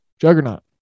juggernaut